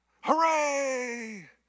Hooray